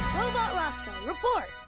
robot roscoe, report!